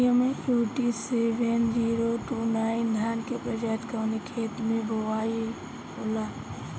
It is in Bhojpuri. MUT seven zero two nine धान के प्रजाति कवने खेत मै बोआई होई?